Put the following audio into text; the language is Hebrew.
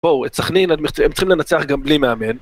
בואו, את סחנין הם צריכים לנצח גם בלי מאמן.